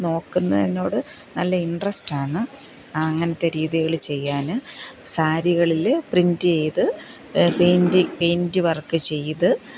നോക്കുന്നതിനോട് നല്ല ഇന്ട്രെസ്റ്റ് ആണ് അങ്ങനെത്തെ രീതികൾ ചെയ്യാൻ സാരികളിൽ പ്രിന്റ് ചെയ്ത് പെയിന്റ് പെയിന്റ് വര്ക്ക് ചെയ്ത്